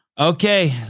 Okay